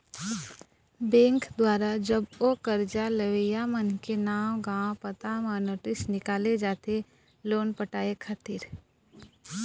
bank दुवारा जब ओ करजा लेवइया मनखे के नांव गाँव पता म नोटिस निकाले जाथे लोन पटाय खातिर